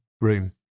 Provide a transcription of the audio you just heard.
room